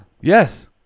Yes